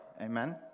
Amen